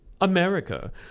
America